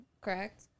correct